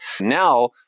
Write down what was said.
Now